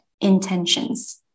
intentions